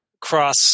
cross